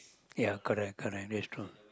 ya correct correct that's true